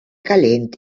calent